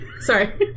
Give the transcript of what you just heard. Sorry